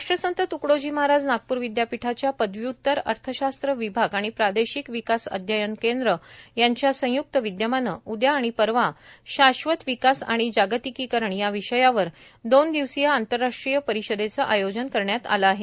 राष्ट्रसंत तुकडोजी महाराज नागपूर विद्यापीठाच्या पदव्य्तर अर्थशास्त्र विभाग आणि प्रादेशिक विकास अध्ययन केंद्र यांच्या संय्क्त विद्यमाने उद्या आणि परवा शाश्वत विकास आणि जागतिकीकरण या विषयावर दोन दिवसीय आंतरराष्ट्रीय परिषदेचे आयोजन करण्यात आले आहे